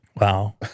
Wow